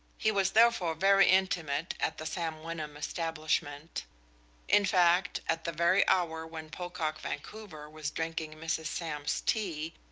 he was therefore very intimate at the sam wyndham establishment in fact, at the very hour when pocock vancouver was drinking mrs. sam's tea,